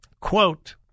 quote